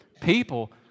people